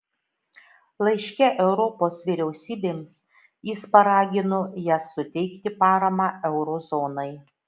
laiške europos vyriausybėms jis paragino jas suteikti paramą euro zonai